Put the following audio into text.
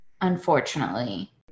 Unfortunately